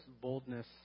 boldness